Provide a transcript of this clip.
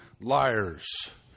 liars